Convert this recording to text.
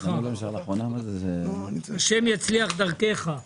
₪ בחלוקה לפי הסעיפים הבאים.